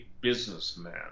businessman